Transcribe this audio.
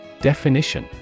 Definition